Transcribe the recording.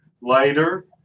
later